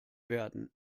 werden